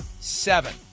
Seven